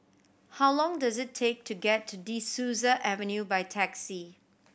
how long does it take to get to De Souza Avenue by taxi